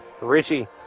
Richie